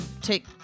take